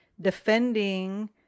defending